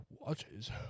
Watches